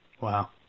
Wow